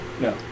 No